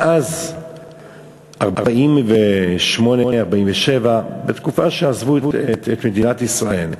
מאז 1948, 1947, בתקופה שעזבו את מדינת ישראל,